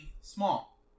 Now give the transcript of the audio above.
small